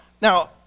now